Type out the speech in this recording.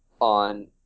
on